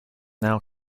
now